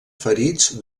ferits